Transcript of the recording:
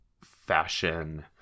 fashion